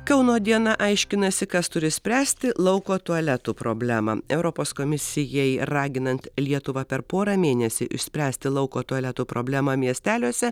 kauno diena aiškinasi kas turi spręsti lauko tualetų problemą europos komisijai raginant lietuvą per porą mėnesį išspręsti lauko tualetų problema miesteliuose